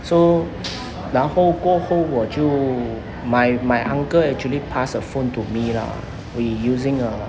so 然后过后我就 my my uncle actually pass a phone to me lah we using a